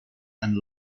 and